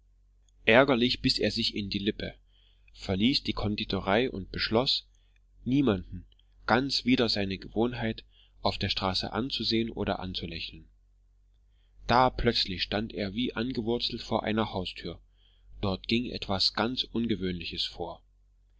ärgerlich biß er sich in die lippe verließ die konditorei und beschloß niemanden ganz wider seine gewohnheit auf der straße anzusehen oder anzulächeln da plötzlich stand er wie angewurzelt vor einer haustür dort ging etwas ganz ungewöhnliches vor